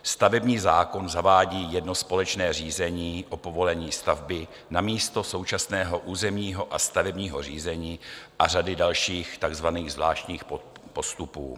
Stavební zákon zavádí jedno společné řízení o povolení stavby namísto současného územního a stavebního řízení a řady dalších takzvaných zvláštních postupů.